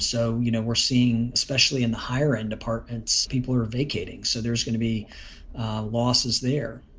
so you know, we're seeing, especially in the higher end apartments, people are vacating. so there's going to be losses there.